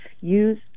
use